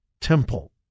temple